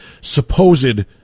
supposed